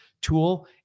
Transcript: tool